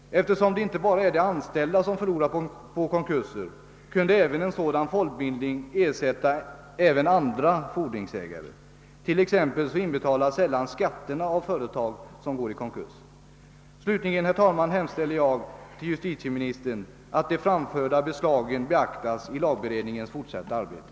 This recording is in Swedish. Eftersom det inte bara är de anställda som förlorar på konkurser, kunde även andra fordringsägare ersättas ur en sådan fond. Sålunda inbetalas sällan skatter av företag som går i konkurs. Slutligen, herr talman, hemställer jag till justitieministern att de framförda förslagen beaktas i lagberedningens fortsatta arbete.